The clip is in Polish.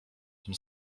tym